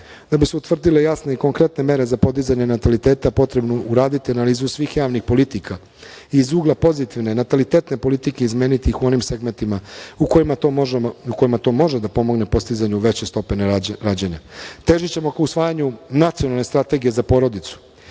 da bi se utvrdile jasne i konkretne mere za podizanje nataliteta potrebno je uraditi analizu svih javnih politika, iz ugla pozitivne, natalitetne politike izmeniti ih u onim segmentima u kojima to možemo i u kojima to može da pomogne postizanju veće stope rađanja. Težićemo ka usvajanju nacionalne strategije za porodicu